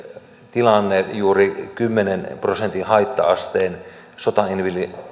tilanne juuri kymmenen prosentin haitta asteen